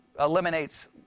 eliminates